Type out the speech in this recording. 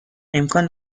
امکان